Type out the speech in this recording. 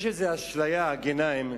יש איזו אשליה, חבר הכנסת גנאים,